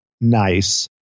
nice